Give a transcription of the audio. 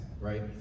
right